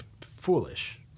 Foolish